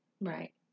Right